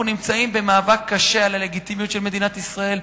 אנחנו נמצאים במאבק קשה על הלגיטימיות של מדינת ישראל,